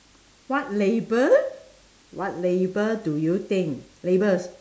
what label what label do you think labels